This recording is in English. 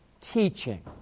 teaching